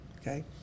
Okay